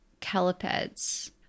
calipeds